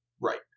right